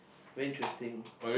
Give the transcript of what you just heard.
very interesting